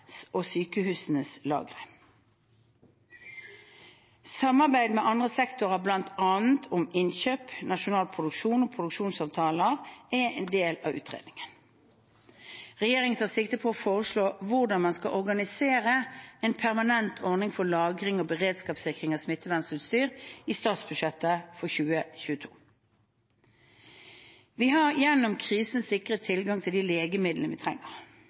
og sykehusenes lagre. Samarbeid med andre sektorer, bl.a. om innkjøp, nasjonal produksjon og produksjonsavtaler, er en del av utredningen. Regjeringen tar sikte på å foreslå hvordan man skal organisere en permanent ordning for lagring og beredskapssikring av smittevernutstyr i statsbudsjettet for 2022. Vi har gjennom krisen sikret tilgang til de legemidlene vi trenger.